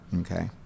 Okay